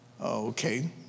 Okay